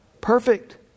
Perfect